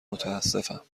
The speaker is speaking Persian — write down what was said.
متاسفم